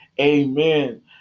Amen